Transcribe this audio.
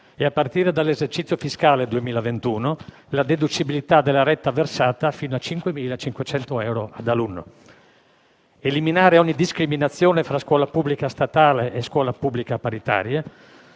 e, a partire dall'esercizio fiscale 2021, la deducibilità della retta versata fino a 5.500 euro ad alunno; eliminare ogni discriminazione fra scuola pubblica statale e scuola pubblica paritaria,